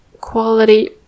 quality